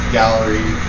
gallery